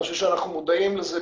אני חושב שאנחנו מודעים לזה,